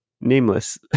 Nameless